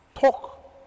Talk